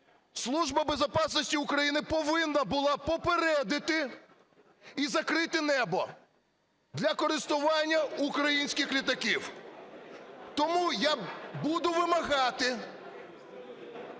Служба безопасности України повинна була попередити і закрити небо для користування українськими літаками. Тому я буду вимагати